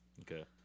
Okay